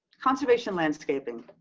conservation landscaping.